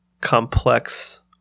complex